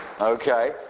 okay